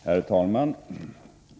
Herr talman!